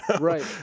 Right